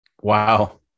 Wow